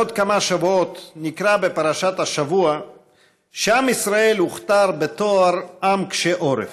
בעוד כמה שבועות נקרא בפרשת השבוע שעם ישראל הוכתר בתואר עם קשה עורף.